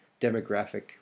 demographic